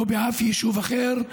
לא באף יישוב אחר,